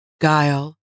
guile